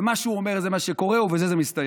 ומה שהוא אומר זה מה שקורה, ובזה זה מסתיים.